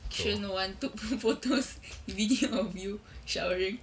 sure no one took photos video of you showering